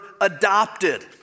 adopted